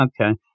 Okay